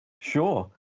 Sure